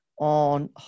on